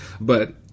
But-